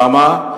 למה?